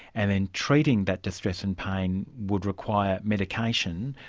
and then treating that distress and pain would require medication,